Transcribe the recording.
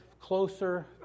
closer